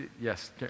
yes